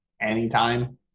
anytime